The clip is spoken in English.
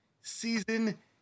season